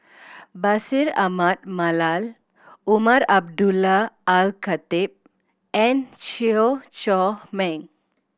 Bashir Ahmad Mallal Umar Abdullah Al Khatib and Chew Chor Meng